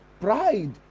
Pride